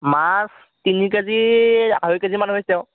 মাছ তিনি কেজি আঢ়ৈ কেজি মান হৈছে আৰু